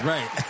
Right